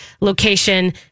location